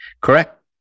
Correct